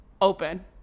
open